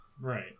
Right